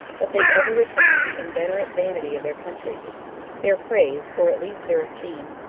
but they ever retained the inveterate vanity of their country their praise, or at least their esteem,